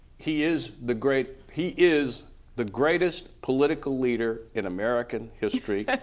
he is the great he is the greatest political leader in american history